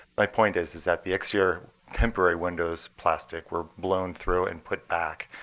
my point is is that the exterior temporary windows, plastic, were blown through and put back.